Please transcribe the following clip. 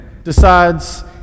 decides